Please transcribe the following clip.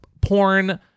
porn